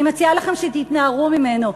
אני מציעה לכם שתתנערו ממנו.